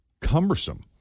cumbersome